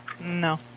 no